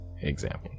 example